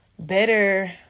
better